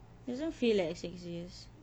doesn't feel like six years